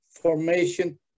formation